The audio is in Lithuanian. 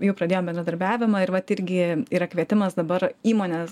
jau pradėjom bendradarbiavimą ir vat irgi yra kvietimas dabar įmonės